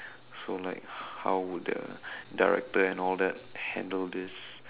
so like how would the director and all that handle this